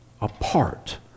apart